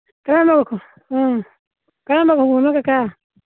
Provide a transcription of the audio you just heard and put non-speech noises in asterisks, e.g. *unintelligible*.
*unintelligible* ꯎꯝ ꯀꯔꯝꯕ ꯈꯣꯡꯎꯞꯅꯣ ꯀꯀꯥ